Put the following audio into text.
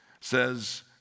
says